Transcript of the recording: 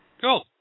Cool